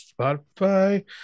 Spotify